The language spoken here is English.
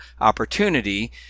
opportunity